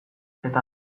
eta